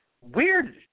weird